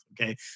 Okay